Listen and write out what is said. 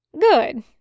Good